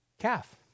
calf